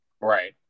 right